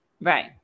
right